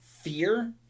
fear